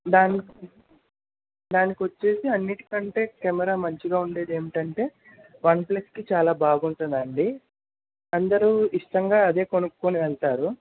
దాని దానికి వచ్చేసి అన్నిటికంటే కెమెరా మంచిగా ఉండేది ఏమిటంటే వన్ప్లస్కి చాలా బాగుంటుందండి అందరూ ఇష్టంగా అదే కొనుక్కొని వెళ్తారు